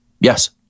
Yes